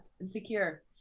insecure